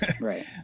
Right